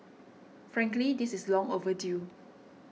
frankly this is long overdue